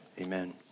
Amen